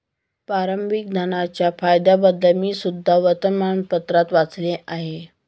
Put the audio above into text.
प्रारंभिक धनाच्या फायद्यांबद्दल मी सुद्धा वर्तमानपत्रात वाचले आहे